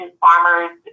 farmers